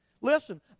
Listen